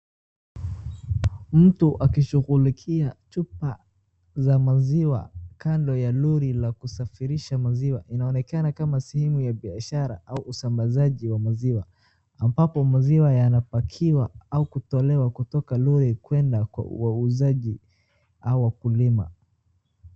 Mtu akishughulikia chupa za maziwa kando ya lori la kusafirisha maziwa. Inaonekana kama sehemu ya biashara ama usambazaji wa maziwa ambapo maziwa yanapakiwa au kutolewa kutoka lori kwenda kwa wauzaji au wakulima.